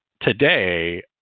today